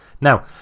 Now